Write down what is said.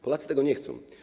Polacy tego nie chcą.